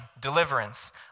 deliverance